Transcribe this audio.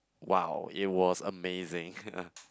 !wow! it was amazing